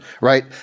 right